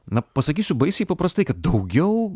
na pasakysiu baisiai paprastai kad daugiau